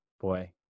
boy